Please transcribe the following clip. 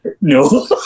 No